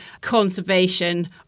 conservation